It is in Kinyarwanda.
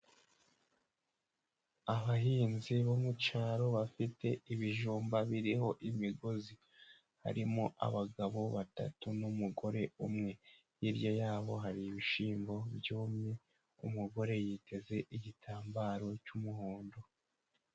Abahinzi bo mu cyaro bafite ibijumba biriho imigozi. Harimo abagabo batatu n'umugore umwe. Hirya yabo hari ibishyimbo byumye, umugore yiteze igitambaro cy'umuhondo.